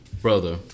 Brother